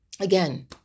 again